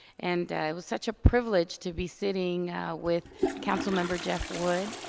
and it was such a privilege to be sitting with council member jeff wood.